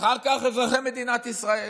אחר כך אזרחי מדינת ישראל,